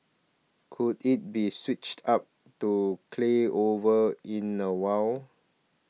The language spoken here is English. could it be switched up to clay over in a while